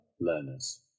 learners